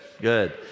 good